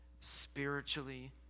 spiritually